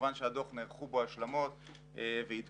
כמובן שבדוח נערכו השלמות ועדכונים